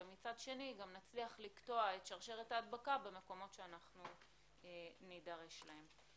ומצד שני גם נצליח לקטוע את שרשרת ההדבקה במקומות שאנחנו נידרש להם.